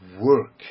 work